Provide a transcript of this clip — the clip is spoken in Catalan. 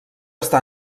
està